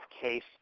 case